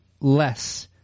less